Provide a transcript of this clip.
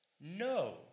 No